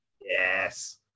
yes